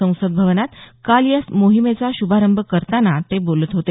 संसद भवनात काल या मोहिमेचा शुभारंभ करताना ते बोलत होते